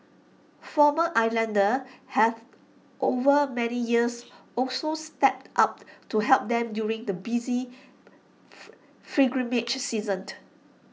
former islanders have over many years also stepped up to help them during the busy pilgrimage season